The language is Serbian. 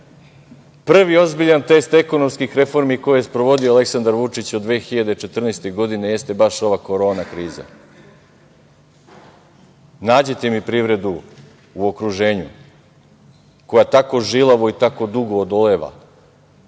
Prvi ozbiljan test ekonomskih reformi koje je sprovodio Aleksandar Vučić od 2014. godine jeste baš ova korona kriza. Nađite mi privredu u okruženju koja tako žilavo i tako dugo odoleva